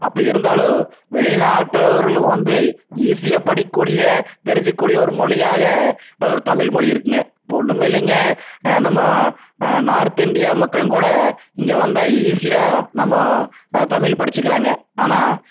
அப்படி இருந்தாலும் வெளிநாட்டவர்களும் வந்து ஈசியாக படிக்கக்கூடிய தெரிஞ்சிக்ககூடிய ஒரு மொழியாக ஒரு தமிழ்மொழி இருக்குங்க இப்போ ஒன்றுமில்லைங்க நம்ம நார்த் இந்தியா மக்களும் கூட இங்கே வந்தால் ஈசியாக நம்ம தமிழ் படிச்சிக்கிறாங்க ஆனால்